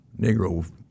Negro